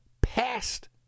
past